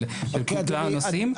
הנושאים הכלליים גם על הנושא הזה פרטנית.